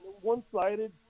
one-sided